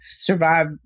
survive